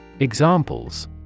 Examples